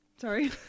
Sorry